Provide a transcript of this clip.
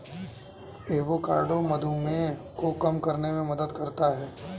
avocado मधुमेह को कम करने में मदद करता है